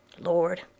Lord